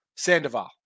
Sandoval